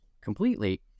completely